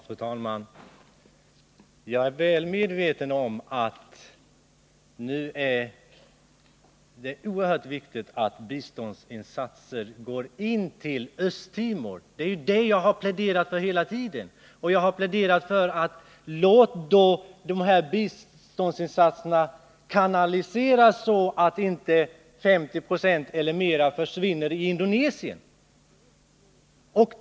Fru talman! Jag är väl medveten om att det nu är oerhört viktigt att biståndsinsatserna går till Östtimor. Det är ju det jag har pläderat för hela tiden, och jag har då också pläderat för att biståndsinsatserna kanaliseras så att inte 50 96 av dem eller mera försvinner i Indonesien.